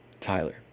Tyler